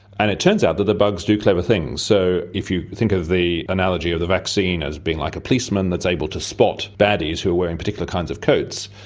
and it turns out that the bugs do clever things. so if you think of the analogy of the vaccine as being like a policeman that's able to spot baddies who are wearing particular kinds of coats,